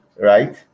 right